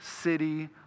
city